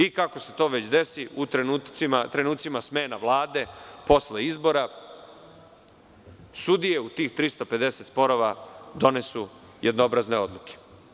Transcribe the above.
I kako se to već, desi u trenucima smena Vlade, posle izbora, sudije u tih 350 sporova donesu jednobrazne odluke.